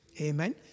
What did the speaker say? Amen